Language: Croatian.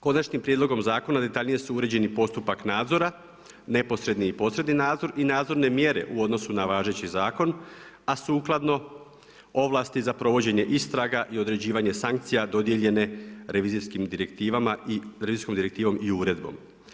Konačnim prijedlogom zakona detaljnije su uređeni postupak nadzora, neposredni i posredni nadzor i nadzorne mjere u odnosu na važeći zakon a sukladno ovlasti za provođenje istraga i određivanje sankcija dodijeljene revizijskim direktivama i uredbom.